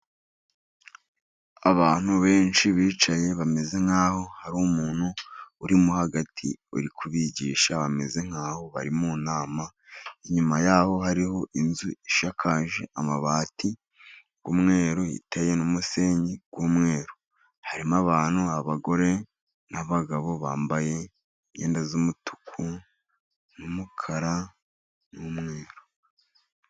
Abantu benshi bicaye bameze nk'aho hari umuntu uri hagati uri kubigisha, bameze nk'aho bari mu nama, inyuma ya ho hariho inzu ishakaje amabati y'umweru, iteye n'umusenyi w'umweru. Harimo abantu, abagore n'abagabo bambaye imyenda y'umutuku n'umukara n'umweru.